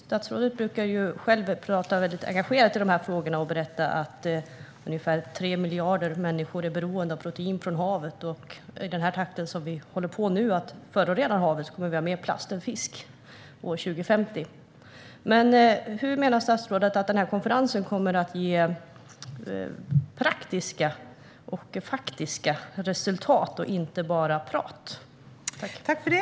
Statsrådet brukar själv tala engagerat om dessa frågor och berätta om att ungefär 3 miljarder människor är beroende av protein från havet och att med den takt vi nu håller på att förorena havet kommer vi att ha mer plast än fisk år 2050. Hur, menar statsrådet, kommer den här konferensen att ge praktiska och faktiska resultat så att det inte bara blir prat?